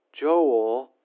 Joel